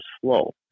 slow